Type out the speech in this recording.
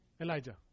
Elijah